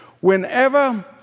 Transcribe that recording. Whenever